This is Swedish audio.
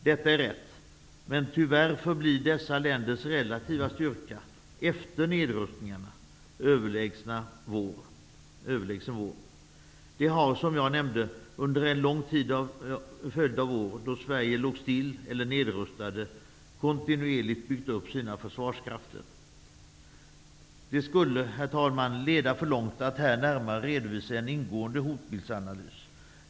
Detta är rätt, men tyvärr förblir dessa länders relativa styrka efter nedrustningarna överlägsna vår. De har, som jag nämnde, under en lång följd av år då Sverige låg still eller nedrustade kontinuerligt byggt upp sina försvarskrafter. Herr talman! Det skulle leda för långt att här närmare redovisa en ingående hotbildsanalys.